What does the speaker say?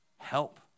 help